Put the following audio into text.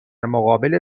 مقابل